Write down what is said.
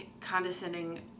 condescending